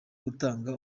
gutanga